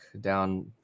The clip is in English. down